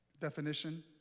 definition